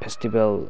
festival